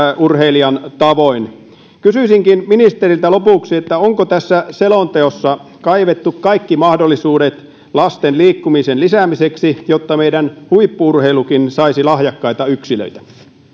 urheilijan tavoin kysyisinkin ministeriltä lopuksi onko tässä selonteossa kaivettu kaikki mahdollisuudet lasten liikkumisen lisäämiseksi jotta meidän huippu urheilukin saisi lahjakkaita yksilöitä